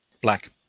Black